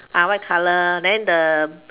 ah white color then the